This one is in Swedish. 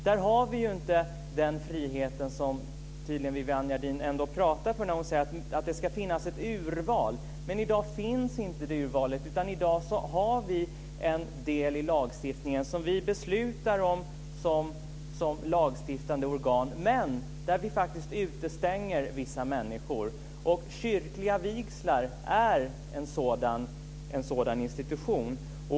Där har vi inte den frihet som tydligen Viviann Gerdin ändå talar om när hon säger att det ska finnas ett urval. I dag finns inte det urvalet, utan i dag har vi en del i lagstiftningen som vi beslutar om som lagstiftande organ men där vi faktiskt utestänger vissa människor. Kyrkliga vigslar är en sådan institution.